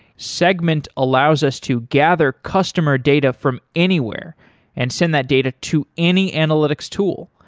segment allows us to gather customer data from anywhere and send that data to any analytics tool.